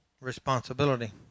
responsibility